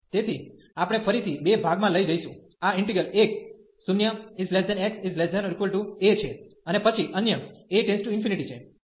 તેથી આપણે ફરીથી બે ભાગમાં લઈ જઈશું આ ઈન્ટિગ્રલ એક 0x≤a છે અને પછી અન્ય a→∞ છે